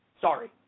sorry